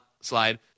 slide